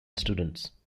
students